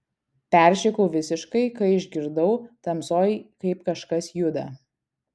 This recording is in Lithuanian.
peršikau visiškai kai išgirdau tamsoj kaip kažkas juda